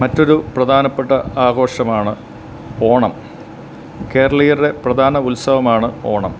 മറ്റൊരു പ്രധാനപ്പെട്ട ആഘോഷമാണ് ഓണം കേരളീയരുടെ പ്രധാന ഉത്സവമാണ് ഓണം